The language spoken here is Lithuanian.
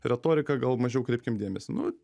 retorika gal mažiau kreipkim dėmesį nu